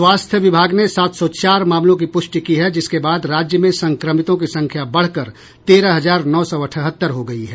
स्वास्थ्य विभाग ने सात सौ चार मामलों की पुष्टि की है जिसके बाद राज्य में संक्रमितों की संख्या बढ़कर तेरह हजार नौ सौ अठहत्तर हो गयी है